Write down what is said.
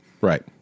Right